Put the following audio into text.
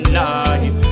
life